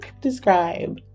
describe